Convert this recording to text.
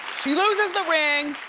she loses the ring,